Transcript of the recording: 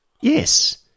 Yes